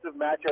matchup